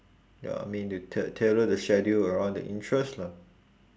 ya I mean to tail~ tailor the schedule around the interest lah